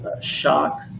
shock